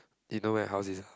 they know my house is ah